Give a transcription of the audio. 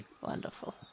Wonderful